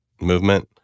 movement